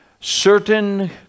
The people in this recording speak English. certain